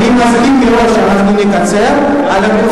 אני מסכים מראש שאנחנו נקצר את התקופה,